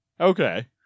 Okay